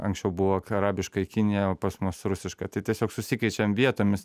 anksčiau buvo arabiška į kiniją o pas mus rusiška tai tiesiog susikeičiam vietomis